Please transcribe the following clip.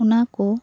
ᱚᱱᱟ ᱠᱚ